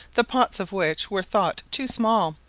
the pots of which were thought too small,